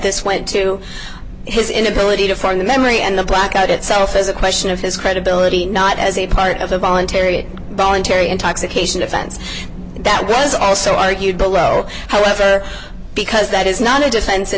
this went to his inability to form the memory and the blackout itself as a question of his credibility not as a part of the voluntary voluntary intoxication defense that was also argued below however because that is not a defense in